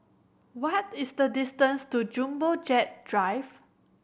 what is the distance to Jumbo Jet Drive